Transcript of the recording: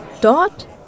Dort